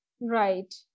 Right